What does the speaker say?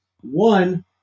One